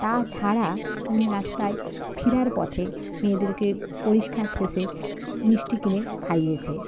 তাছাড়া উনি রাস্তায় ফেরার পথে মেয়েদেরকে পরীক্ষার শেষে মিষ্টি কিনে খাইয়েছে